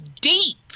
deep